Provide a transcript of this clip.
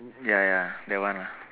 ya ya that one